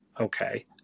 okay